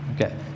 Okay